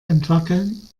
entwackeln